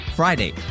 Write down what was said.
Friday